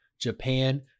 Japan